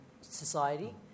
society